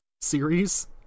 series